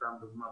סתם דוגמה,